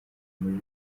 muri